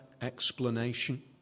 explanation